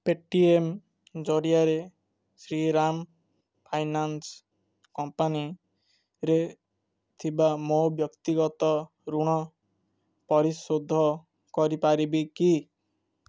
P T M ଜରିଆରେ Shriram finance କମ୍ପାନୀରେ ଥିବା ମୋ ବ୍ୟକ୍ତିଗତ ଋଣ ପରିଶୋଧ କରିପାରିବି କି